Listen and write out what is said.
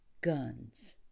guns